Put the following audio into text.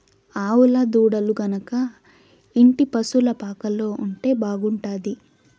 ఆవుల దూడలు గనక ఇంటి పశుల పాకలో ఉంటే బాగుంటాది